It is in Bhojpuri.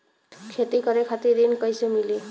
खेती करे खातिर ऋण कइसे मिली?